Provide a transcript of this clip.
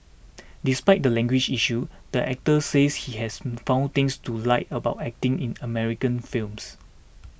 despite the language issue the actor says he has found things to like about acting in American films